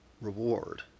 reward